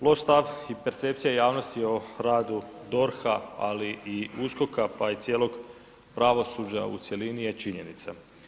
Loš stav i percepcija javnosti o radu DORH-a ali i USKOK-a pa i cijelog pravosuđa u cjelini je činjenica.